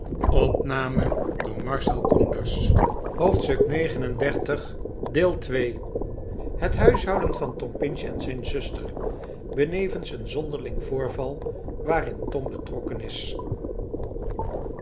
hoofdstuk xxxix het huishouden van tom pinch en zijn zuster benevens een zonderling voorval waarln tom betrokken is